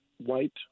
white